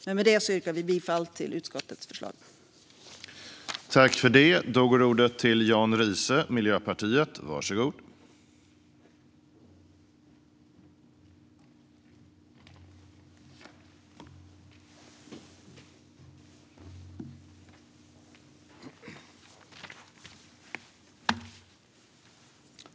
Med det sagt yrkar vi bifall till utskottets förslag i betänkandet.